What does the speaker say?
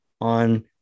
on